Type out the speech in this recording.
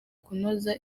kunoza